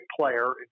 player